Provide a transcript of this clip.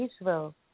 Israel